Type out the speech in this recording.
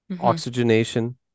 oxygenation